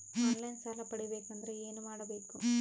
On line ಸಾಲ ಪಡಿಬೇಕಂದರ ಏನಮಾಡಬೇಕು?